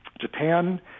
Japan